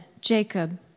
Jacob